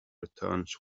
returns